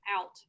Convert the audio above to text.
out